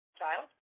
child